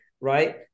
right